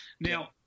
Now